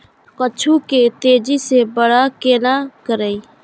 कद्दू के तेजी से बड़ा केना करिए?